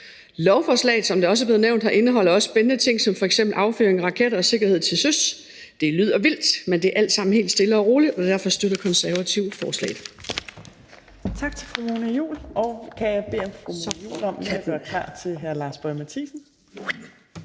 er blevet nævnt, også spændende ting som f.eks. affyring af raketter og sikkerhed til søs. Det lyder vildt, men det er alt sammen helt stille og roligt, og derfor støtter Konservative forslaget.